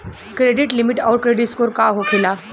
Credit limit आउर credit score का होखेला?